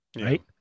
right